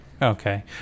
Okay